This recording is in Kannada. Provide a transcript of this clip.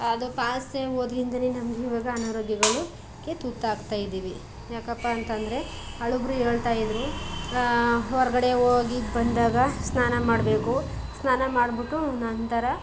ಅದು ಪಾಲಿಸ್ದೇ ಹೋದ್ರಿಂದಲೇ ನಮಗಿವಾಗ ಅನಾರೋಗ್ಯಗಳು ಕ್ಕೆ ತುತ್ತಾಗ್ತಾ ಇದ್ದೀವಿ ಯಾಕಪ್ಪಾ ಅಂತ ಅಂದ್ರೆ ಹಳಬರು ಹೇಳ್ತಾಯಿದ್ರು ಹೊರಗಡೆ ಹೋಗಿ ಬಂದಾಗ ಸ್ನಾನ ಮಾಡಬೇಕು ಸ್ನಾನ ಮಾಡಿಬಿಟ್ಟು ನಂತರ